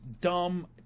dumb